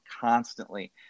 constantly